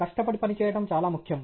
కష్టపడి పనిచేయడం చాలా ముఖ్యం